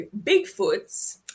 Bigfoots –